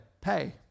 pay